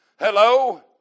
Hello